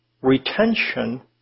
retention